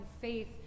faith